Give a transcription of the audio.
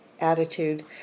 attitude